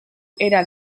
era